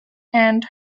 and